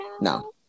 No